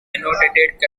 annotated